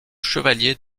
chevalier